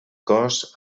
cos